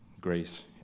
grace